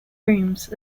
rooms